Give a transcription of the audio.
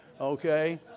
Okay